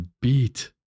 beat